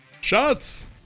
shots